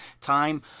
time